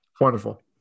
Wonderful